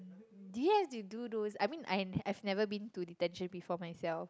do you have to do those I mean I have never been to detention before myself